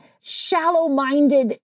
shallow-minded